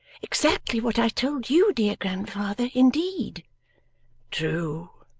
exactly what i told you, dear grandfather, indeed true,